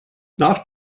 nach